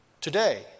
Today